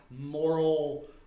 moral